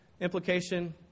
Implication